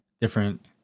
different